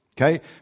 Okay